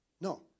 No